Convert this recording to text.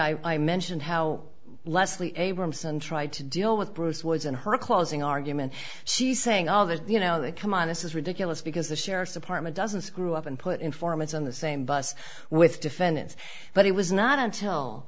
i mentioned how leslie abramson tried to deal with bruce was in her closing argument she saying all the you know come on this is ridiculous because the sheriff's department doesn't screw up and put informants on the same bus with defendants but it was not until